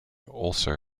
also